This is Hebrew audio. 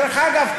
דרך אגב,